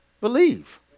believe